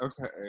okay